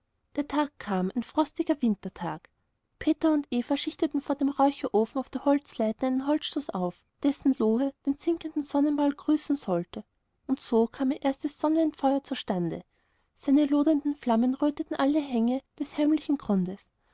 der tag kam ein frostiger wintertag peter und eva schichteten vor dem räucherofen auf der salzleiten einen holzstoß auf dessen lohe den sinkenden sonnenball grüßen sollte und so kam ihr erstes sonnwendfeuer zustande seine lodernden flammen röteten alle hänge des heimlichen grunds